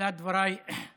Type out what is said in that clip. בתחילת דבריי, שמעתי